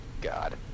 God